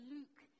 Luke